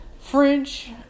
French